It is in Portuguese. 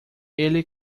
ele